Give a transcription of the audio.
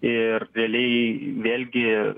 ir realiai vėlgi